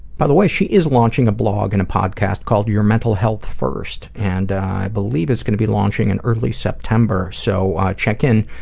by the way, she is launching a blog and a podcast called, your mental health first and i believe it's going to be launching in early september so check in